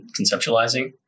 conceptualizing